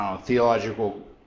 theological